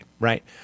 Right